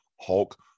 Hulk